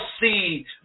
see